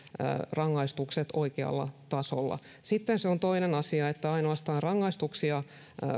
rangaistukset oikealla tasolla sitten se on toinen asia että ainoastaan rangaistuksia